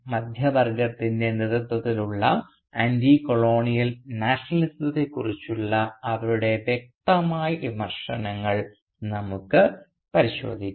മധ്യവർഗത്തിൻറെ നേതൃത്വത്തിലുള്ള ആൻറ്റികോളോണിയൽ നാഷണലിസത്തെക്കുറിച്ചുള്ള അവരുടെ വ്യക്തമായ വിമർശനങ്ങൾ നമുക്ക് പരിശോധിക്കാം